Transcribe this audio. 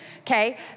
Okay